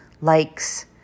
likes